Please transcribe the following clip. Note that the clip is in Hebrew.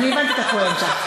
אבל הבנתי את הפואנטה.